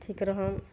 ठीक रहब